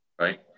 Right